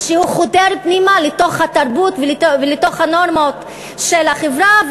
שהוא חודר פנימה לתוך התרבות ולתוך הנורמות של החברה,